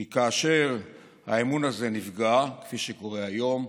כי כאשר האמון הזה נפגע, כפי שקורה היום,